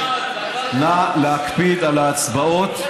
נא להקפיד על ההצבעות,